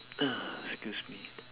excuse me